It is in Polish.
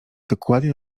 dokładnie